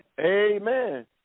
amen